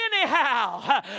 anyhow